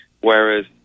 whereas